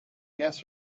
guess